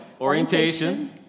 Orientation